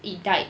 it died